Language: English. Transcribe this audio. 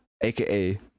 aka